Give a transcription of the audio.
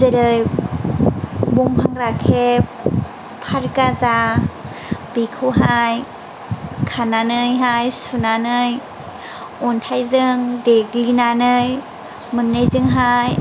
जेरै बंफां राखेब फात गाजा बेखौहाय खानानैहाय सुनानै अन्थाइजों देग्लिनानै मोननैजोंहाय